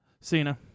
Cena